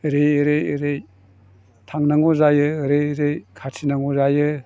ओरै ओरै ओरै थांनांगौ जायो ओरै ओरै खाथिनांगौ जायो